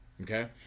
okay